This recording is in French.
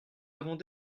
avons